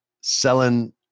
selling